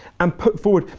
and put forth,